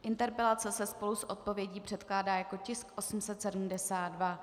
Interpelace se spolu s odpovědí předkládá jako tisk 872.